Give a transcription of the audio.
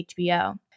HBO